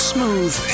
Smooth